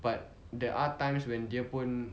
but there are times when dia pun